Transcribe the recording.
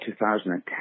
2010